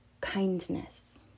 kindness